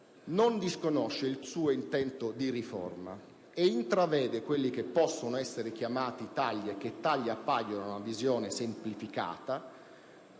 non disconosce il suo intento di riforma e intravede quelli che possono essere definiti tagli e che tali appaiono in una visione semplificata,